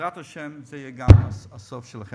בעזרת השם, זה יהיה גם הסוף שלכם.